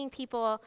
people